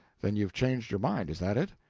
then you've changed your mind, is that it?